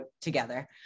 together